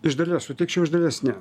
iš dalies sutikčiau iš dalies ne